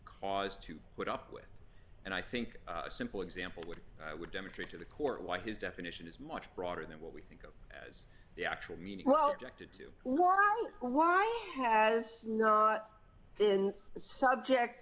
cause to put up with and i think a simple example would i would demonstrate to the court why his definition is much broader than what we think of as the actual meaning well jeck to do or why has not been the subject